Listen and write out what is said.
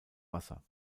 wasser